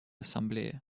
ассамблее